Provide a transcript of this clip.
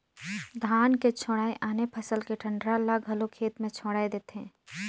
धान के छोयड़ आने फसल के डंठरा ल घलो खेत मे छोयड़ देथे